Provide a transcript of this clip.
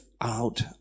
out